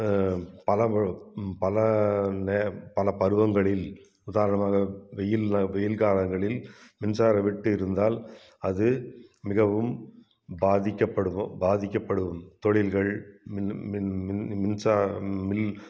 பல பல நேரம் பல பருவங்களில் உதாரணமாக வெயில்னால் வெயில் காலங்களில் மின்சாரவெட்டு இருந்தால் அது மிகவும் பாதிக்கப்படுவோம் பாதிக்கப்படும் தொழில்கள் மின் மின் மின் மின்சார மில்